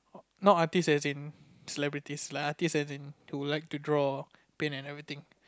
not artist as in celebrities lah artist as in to like to draw paint and everything